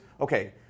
okay